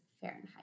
Fahrenheit